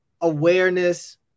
awareness